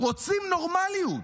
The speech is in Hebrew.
רוצים נורמליות.